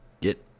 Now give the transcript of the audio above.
get